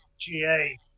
GA